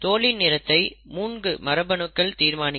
தோலின் நிறத்தை 3 மரபணுக்கள் தீர்மானிக்கும்